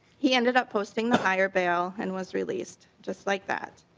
he ended up posting the higher bill and was released just like that.